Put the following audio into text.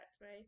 right